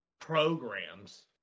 programs